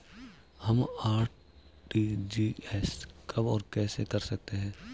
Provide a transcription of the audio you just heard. हम आर.टी.जी.एस कब और कैसे करते हैं?